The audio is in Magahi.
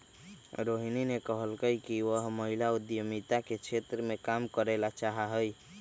रोहिणी ने कहल कई कि वह महिला उद्यमिता के क्षेत्र में काम करे ला चाहा हई